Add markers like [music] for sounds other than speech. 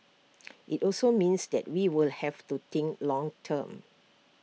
[noise] IT also means that we will have to think long term